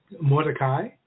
Mordecai